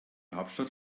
hauptstadt